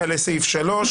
שלושה.